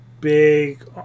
big